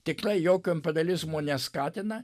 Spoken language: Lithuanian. tikrai jokio imperializmo neskatina